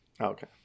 okay